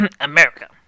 America